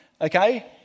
okay